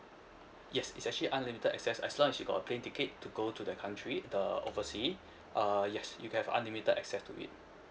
yes it's actually unlimited access as long as you got a plane ticket to go to the country the oversea uh yes you can have unlimited access to it